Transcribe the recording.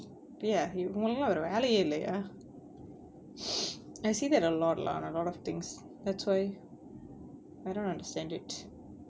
ya he உங்களுக்கெல்லாம் வேற வேலயே இல்லையா:ungalukkellam vera velayae illaiyaa I see that a lot lah a lot of things that's why I don't understand it